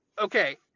Okay